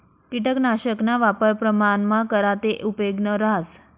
किटकनाशकना वापर प्रमाणमा करा ते उपेगनं रहास